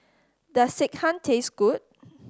does Sekihan taste good